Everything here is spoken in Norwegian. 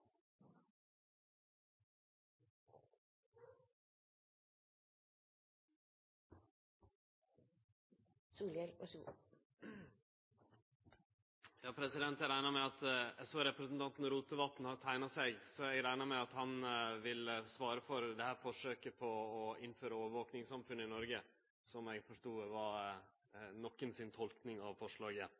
teikna seg, så eg reknar med at han vil svare for dette forsøket på å innføre overvakingssamfunn i Noreg, som eg forstod var nokon si tolking av forslaget.